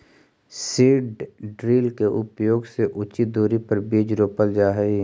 seed drill के उपयोग से उचित दूरी पर बीज रोपल जा हई